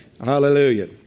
Hallelujah